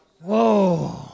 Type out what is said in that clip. Whoa